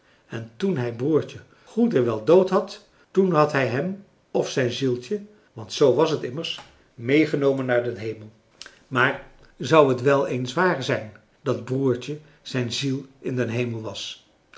en toen hij broertje goed en wel dood had toen had hij hem of zijn zieltje want z was het immers meegenomen naar den hemel maar zou het wel eens waar zijn dat broertje zijn ziel in den hemel was